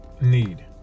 Need